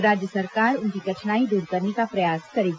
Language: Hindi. राज्य सरकार उनकी कठिनाई दूर करने का प्रयास करेगी